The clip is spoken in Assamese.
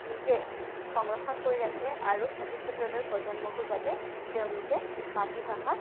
নিজে সংৰক্ষণ কৰি ৰাখে আৰু ভৱিষ্যতলৈ প্ৰজন্মকো যাতে তেওঁলোকে মাতৃভাষাক